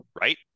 right